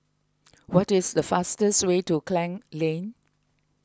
what is the fastest way to Klang Lane